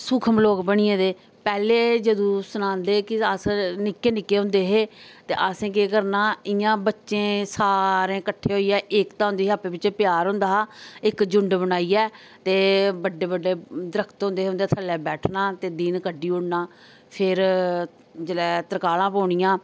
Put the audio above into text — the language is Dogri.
सुखम लोग बनी गेदे पैहले जदूं सनांदे हे कि अस्स निक्के निक्के हुंदे हे ते असें केह् करना इयां बच्चें सारें कट्ठे होइये एकता होंदी ही आपूं बिच्चे प्यार हुंदा हा एक्क झुंड बनाइये ते बड्डे बड्डे दरक्खत हुंदे हे ते उंदे थल्लै बैठना ते दिन कड्ढी उड़ना फिर जेल्लै तरकालां पौनियां